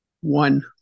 One